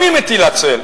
גם היא מטילה צל.